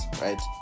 right